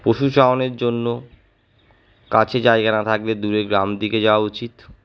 পশুচারণের জন্য কাছে জায়গা না থাকলে দূরে গ্রাম দিকে যাওয়া উচিত